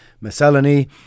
Miscellany